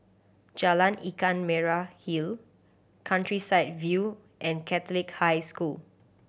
Jalan Ikan Merah Hill Countryside View and Catholic High School